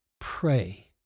pray